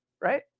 right